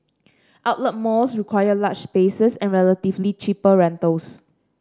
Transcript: outlet malls require large spaces and relatively cheaper rentals